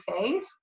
phase